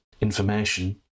information